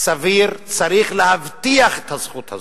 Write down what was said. סביר צריכים להבטיח את הזכות הזאת,